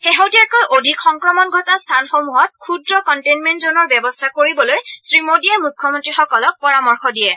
শেহতীয়াকৈ অধিক সংক্ৰমণ ঘটা স্থানসমূহত ক্ষুদ্ৰ কণ্টেইনমেণ্ট জনৰ ব্যৱস্থা কৰিবলৈ শ্ৰীমোডীয়ে মূখ্যমন্ত্ৰীসকলক পৰামৰ্শ দিয়ে